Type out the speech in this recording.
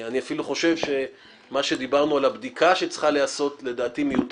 אני אפילו חושב שהבדיקה שאמרנו שצריכה להיעשות מיותרת